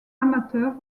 amateur